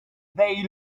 they